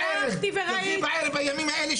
הלכתי וראיתי --- תלכי בערב בימים האלה,